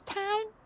time